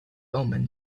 omen